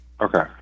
okay